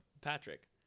Patrick